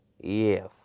Yes